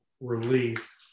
relief